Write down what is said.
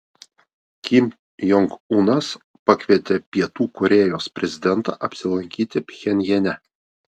kim jong unas pakvietė pietų korėjos prezidentą apsilankyti pchenjane